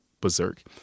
berserk